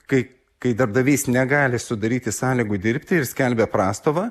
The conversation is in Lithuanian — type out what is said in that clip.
kai kai darbdavys negali sudaryti sąlygų dirbti ir skelbia prastovą